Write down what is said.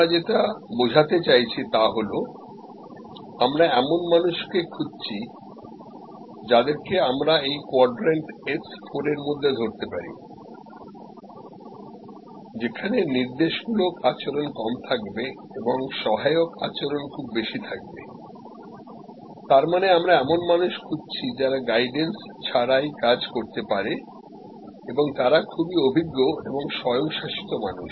আমরা যেটা বোঝাতে চাইছি তা হলো আমরা এমন মানুষকে খুঁজছি যাদেরকে আমরা এই কোয়াড্রেন্ট S 4 মধ্যে ধরতে পারি যেখানে নির্দেশমূলক আচরণ কম থাকবে এবং সহায়ক আচরণ খুব বেশি থাকবে তার মানে আমরা এমন মানুষ খুঁজছি যারা গাইডেন্স ছাড়াই কাজ করতে পারে এবং তারা খুবই অভিজ্ঞ এবং স্বয়ং শাসিত মানুষ